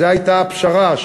זו הייתה הפשרה,